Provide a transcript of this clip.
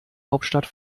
hauptstadt